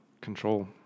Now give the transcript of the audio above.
control